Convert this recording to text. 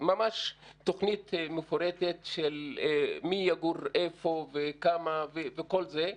ממש תוכנית מפורטת של מי יגור איפה, וכמה וכל זה,